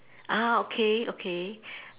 ah okay okay